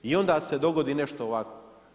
onda se dogodi nešto ovako.